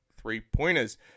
three-pointers